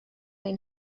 ein